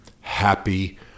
Happy